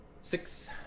six